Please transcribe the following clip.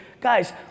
Guys